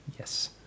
Yes